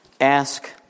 Ask